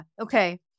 Okay